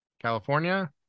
California